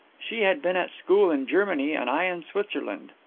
she had been at school in germany, and i in switzerland.